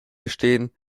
gestehen